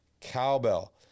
cowbell